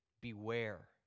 Beware